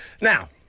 Now